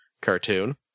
cartoon